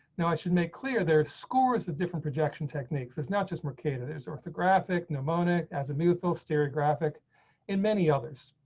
i should make clear their scores of different projection techniques. it's not just mercator there's or the graphic mnemonic azimuth osteria graphic in many others.